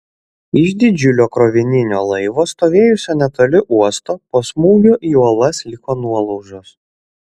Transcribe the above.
iš didžiulio krovininio laivo stovėjusio netoli uosto po smūgio į uolas liko nuolaužos